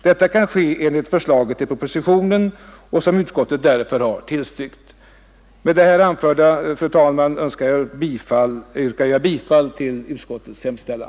Detta kan ske enligt förslaget i propositionen som utskottet därför tillstyrkt. Med det anförda, fru talman, yrkar jag bifall till utskottets hemställan.